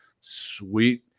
sweet